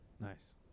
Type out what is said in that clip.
Nice